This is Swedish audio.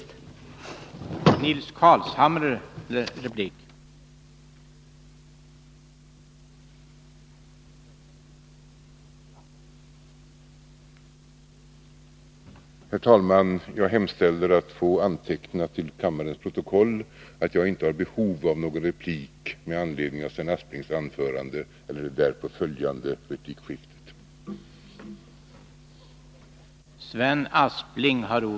15 december 1982